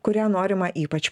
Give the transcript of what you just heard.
kurią norima ypač